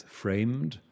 framed